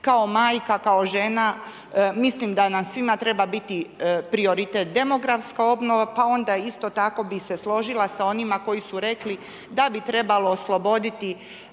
Kao majka, kao žena mislim da nam svima treba biti prioritet demografska obnova, pa onda isto tako bih se složila sa onima koji su rekli da bi trebalo osloboditi